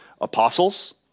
apostles